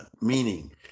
meaning